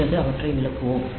பிறகு அவற்றை விளக்குவோம்